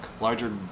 Larger